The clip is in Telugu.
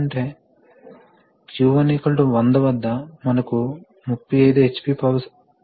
కాబట్టి మనకు ఎక్సప్లిసిట్ లూబ్రికెటర్స్ ఉన్నాయి ఎందుకంటే గాలికి తక్కువ లూబ్రికేషన్ మరియు తక్కువ విస్కాసిటీ ఉంటుంది